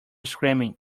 screaming